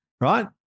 Right